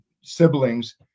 siblings